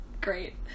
Great